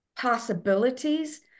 possibilities